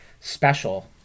special